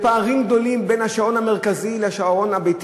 לפערים גדולים בין השעון המרכזי לשעון הביתי.